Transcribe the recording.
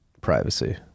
privacy